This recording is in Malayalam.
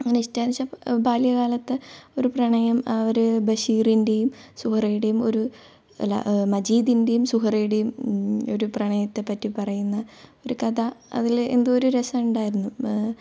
എങ്ങനെയാണ് ഇഷ്ടമായത് വെച്ചാൽ ബാല്യകാലത്തെ ഒരു പ്രണയം അവർ ബഷീറിൻ്റെയും സുഹറയുടെയും ഒരു അല്ല മജീദിൻ്റെയും സുഹറയുടെയും ഒരു പ്രണയത്തെ പറ്റി പറയുന്ന ഒരു കഥ അതിൽ എന്തോ ഒരു രസം ഉണ്ടായിരുന്നു